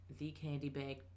thecandybag